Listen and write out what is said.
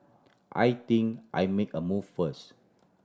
I think I make a move first